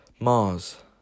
Mars